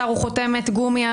השר הוא חותמת גומי,